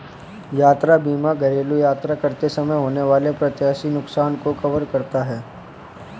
यात्रा बीमा घरेलू यात्रा करते समय होने वाले अप्रत्याशित नुकसान को कवर करता है